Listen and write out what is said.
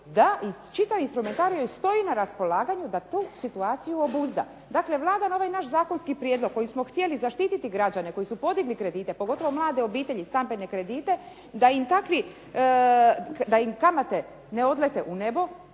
da čitavom instrumentariju stoji na raspolaganju da tu situaciju obuzda. Dakle, Vlada na ovaj naš zakonski prijedlog koji smo htjeli zaštiti građane koji su podigli kredite, pogotovo mlade obitelji stambene kredite, da im kamate ne odlete u nebo,